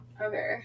Okay